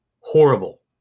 horrible